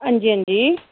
हां जी हां जी